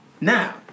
Now